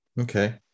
Okay